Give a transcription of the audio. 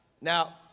Now